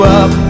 up